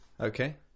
Okay